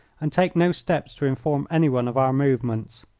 and take no steps to inform anyone of our movements.